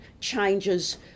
changes